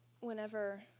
Whenever